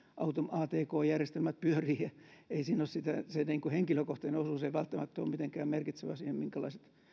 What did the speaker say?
atk järjestelmät pyörivät siinä se niin kuin henkilökohtainen osuus ei välttämättä ole mitenkään merkitsevä siihen minkälaiset